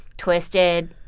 twisted,